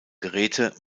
geräte